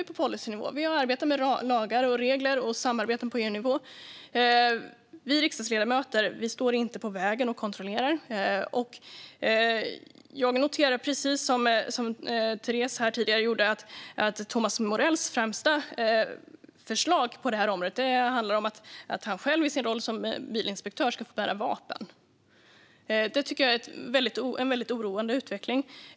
Vi har att arbeta med lagar, regler och samarbeten på EU-nivå. Vi riksdagsledamöter står inte på vägen och kontrollerar. Precis som Teres gjorde tidigare noterar jag att Thomas Morells främsta förslag på området handlar om att han själv ska få bära vapen i sin roll som bilinspektör. Det tycker jag är en väldigt oroande utveckling.